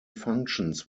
functions